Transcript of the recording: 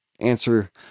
answer